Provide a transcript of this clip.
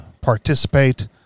participate